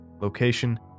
Location